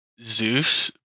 Zeus